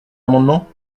amendement